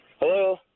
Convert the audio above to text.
hello